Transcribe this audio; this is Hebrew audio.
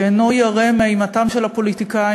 שאינו ירא מאימתם של הפוליטיקאים,